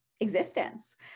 existence